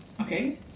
Okay